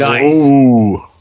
Nice